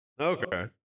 Okay